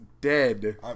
dead